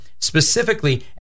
Specifically